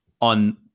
on